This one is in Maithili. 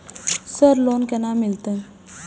सर लोन केना मिलते?